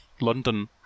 London